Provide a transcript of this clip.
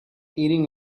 eating